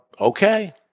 Okay